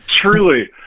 Truly